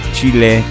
Chile